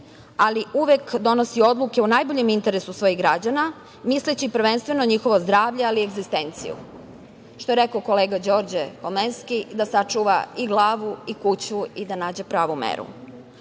ali uvek donosi odluke u najboljim interesu svojih građana, misleći prvenstveno na njihovo zdravlje, ali i egzistenciju, što je rekao kolega Đorđe Komlenski - da sačuva i glavu i kuću i da nađe pravu meru. Ako